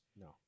no